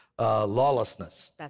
Lawlessness